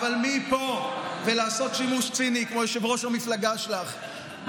אבל מפה ועד לעשות שימוש ציני כמו יושב-ראש המפלגה שלך,